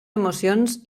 emocions